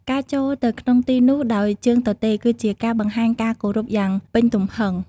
ការចូលទៅក្នុងទីនោះដោយជើងទទេរគឺជាការបង្ហាញការគោរពយ៉ាងពេញទំហឹង។